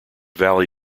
valley